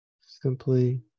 Simply